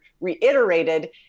reiterated